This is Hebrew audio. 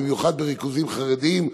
במיוחד בריכוזים חרדיים,